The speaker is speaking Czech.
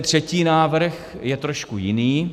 Třetí návrh je trošku jiný.